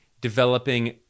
developing